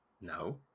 No